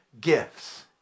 gifts